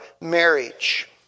marriage